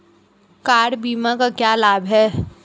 Car बीमा का क्या लाभ है?